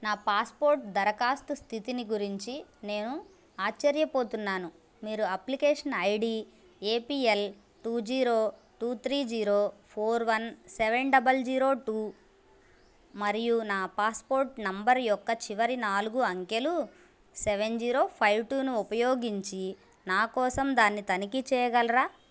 నా పాస్పోర్ట్ దరఖాస్తు స్థితిని గురించి నేను ఆశ్చర్యపోతున్నాను మీరు application ID APL two zero two three zero four one seven double zero two మరియు నా పాస్పోర్ట్ నెంబర్ యొక్క చివరి నాలుగు అంకెలు సెవెన్ జీరో ఫైవ్ టూను ఉపయోగించి నా కోసం దాన్ని తనిఖీ చేయగలరా